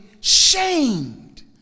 shamed